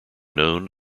known